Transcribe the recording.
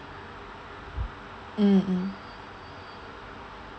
mm mm